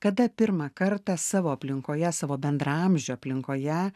kada pirmą kartą savo aplinkoje savo bendraamžių aplinkoje